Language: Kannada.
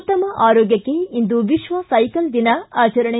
ಉತ್ತಮ ಆರೋಗ್ಯಕ್ಕೆ ಇಂದು ವಿಶ್ವ ಸೈಕಲ್ ದಿನ ಆಚರಣೆ